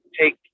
take